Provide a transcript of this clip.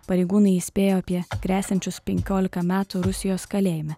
pareigūnai įspėjo apie gresiančius penkiolika metų rusijos kalėjime